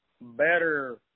better